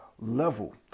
level